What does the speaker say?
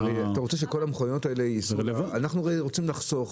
אנחנו הרי רוצים לחסוך.